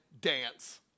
dance